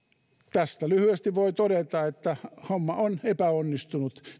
tästä lyhyesti voi todeta että homma on epäonnistunut